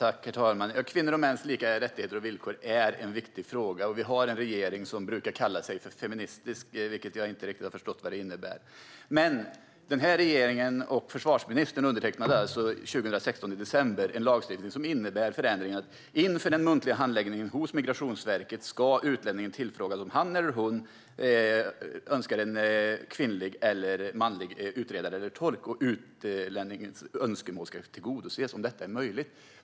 Herr talman! Kvinnors och mäns lika rättigheter och villkor är en viktig fråga. Vi har en regering som brukar kalla sig feministisk. Jag har inte riktigt förstått vad det innebär. Regeringen och försvarsministern undertecknade alltså i december 2016 en lagstiftning som innebär att utlänningen inför den muntliga handläggningen hos Migrationsverket ska tillfrågas om han eller hon föredrar en manlig eller kvinnlig utredare respektive tolk. Utlänningens önskemål ska tillgodoses om det är möjligt.